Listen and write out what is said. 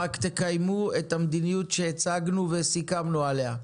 רק תקיימו את המדיניות שהצגנו וסיכמנו עליה.